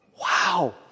wow